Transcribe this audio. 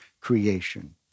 creation